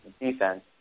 defense